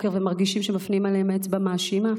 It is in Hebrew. ומרגישים שמפנים אליהם אצבע מאשימה,